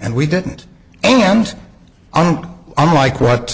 and we didn't and i don't know unlike what